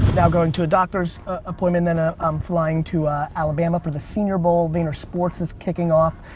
now going to a doctor's appointment, then ah i'm flying to alabama for the senior bowl vaynersports is kicking off.